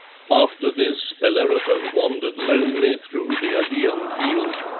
after this bellerophon wandered lonely through the aleian field,